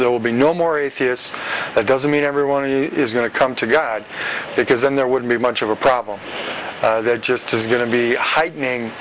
there will be no more atheists that doesn't mean everyone is going to come to god because then there wouldn't be much of a problem that just is going to be heightening